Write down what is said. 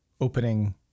opening